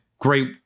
Great